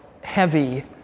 heavy